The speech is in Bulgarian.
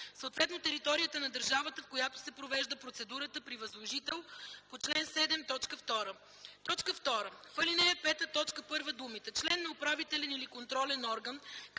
съответно територията на държавата, в която се провежда процедурата при възложител по чл. 7, т. 2.” 2. В ал. 5, т. 1 думите „член на управителен или контролен орган,